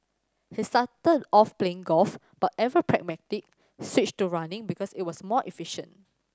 he started off playing golf but ever pragmatic switched to running because it was more efficient